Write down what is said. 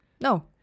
no